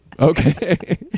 Okay